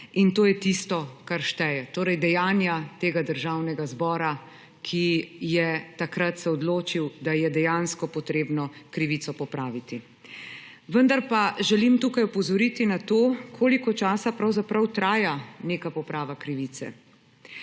In to je tisto, kar šteje, torej dejanja državnega zbora, ki se je takrat odločil, da je dejansko potrebno krivico popraviti. Vendar pa želim tukaj opozoriti na to, koliko časa pravzaprav traja neka poprava krivice.